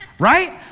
right